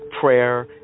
prayer